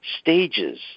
stages